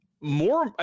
more